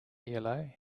yellow